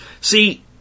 See